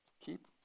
Keep